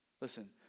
listen